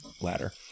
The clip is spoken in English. ladder